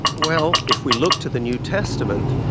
well, if we look to the new testament,